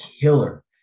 killer